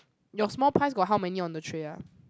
your small buns got how many on the tray ah